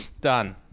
Done